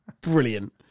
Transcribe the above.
brilliant